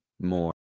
more